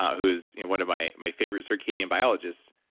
who's one of my my favorite circadian biologists.